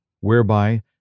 whereby